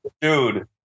Dude